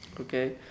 Okay